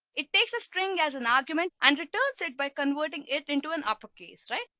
it takes a string as an argument and returns it by converting it into an upper case, right?